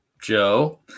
Joe